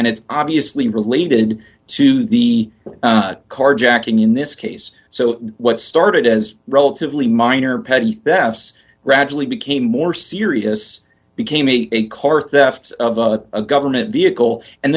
and it's obviously related to the carjacking in this case so what started as relatively minor petty thefts gradually became more serious became a car thefts of a government vehicle and